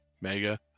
mega